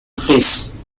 fleece